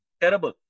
terrible